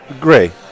gray